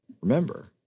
remember